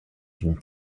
une